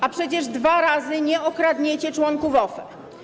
A przecież dwa razy nie okradniecie członków OFE.